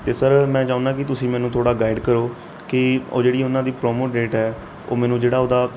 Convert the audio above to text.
ਅਤੇ ਸਰ ਮੈਂ ਚਾਹੁੰਦਾ ਕਿ ਤੁਸੀਂ ਮੈਨੂੰ ਥੋੜ੍ਹਾ ਗਾਈਡ ਕਰੋ ਕਿ ਉਹ ਜਿਹੜੀ ਉਹਨਾਂ ਦੀ ਪ੍ਰੋਮੋ ਡੇਟ ਹੈ ਉਹ ਮੈਨੂੰ ਜਿਹੜਾ ਉਹਦਾ